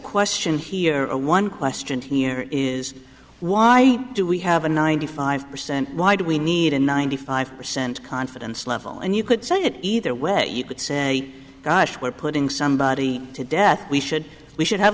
question here or one question here is why do we have a ninety five percent why do we need a ninety five percent confidence level and you could say it either way you could say gosh we're putting somebody to death we should we should have